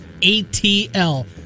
ATL